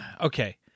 Okay